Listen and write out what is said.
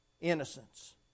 Innocence